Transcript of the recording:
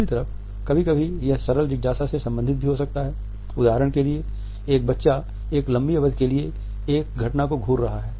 दूसरी तरफ कभी कभी यह सरल जिज्ञासा से भी संबंधित हो सकता है उदाहरण के लिए एक बच्चा एक लंबी अवधि के लिए एक घटना को घूर रहा है